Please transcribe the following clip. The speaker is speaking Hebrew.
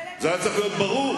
זה היה צריך להיות ברור,